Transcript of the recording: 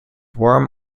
warm